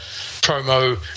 promo